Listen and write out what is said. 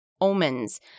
omens